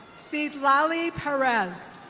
sidlali perez.